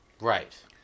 Right